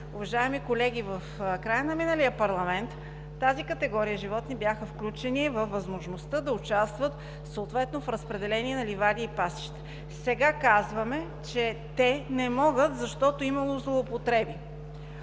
Уважаеми колеги, в края на миналия парламент тази категория животни бяха включени във възможността да участват съответно в разпределение на ливади и пасища. Сега казваме, че те не могат, защото имало злоупотреби.